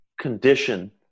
condition